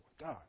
God